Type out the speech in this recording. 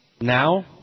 now